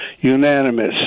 unanimous